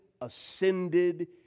ascended